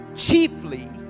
chiefly